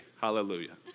Hallelujah